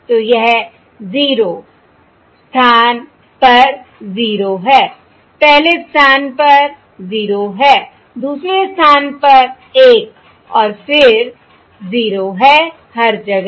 तो यह 0 स्थान पर 0 है पहले स्थान पर 0 है दूसरे स्थान पर1 और फिर 0 है हर जगह